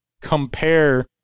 compare